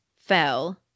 fell